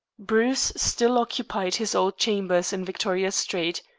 bruce still occupied his old chambers in victoria street.